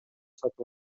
сатып